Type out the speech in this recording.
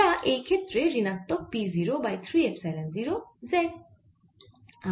যা এই ক্ষেত্রে ঋণাত্মক P 0 বাই 3 এপসাইলন 0 z